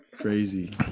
Crazy